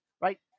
right